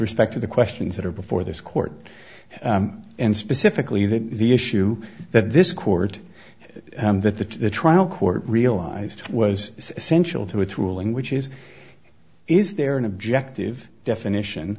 respect to the questions that are before this court and specifically that the issue that this court that the trial court realized was essential to its ruling which is is there an objective definition